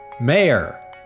mayor